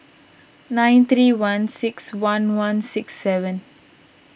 nine three one six one one six seven